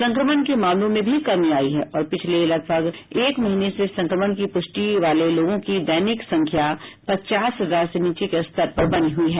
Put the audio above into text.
संक्रमण के मामलों में भी कमी आई है और पिछले लगभग एक महीने से संक्रमण की पुष्टि वाले लोगों की दैनिक संख्या पचास हजार से नीचे के स्तर पर बनी हुई है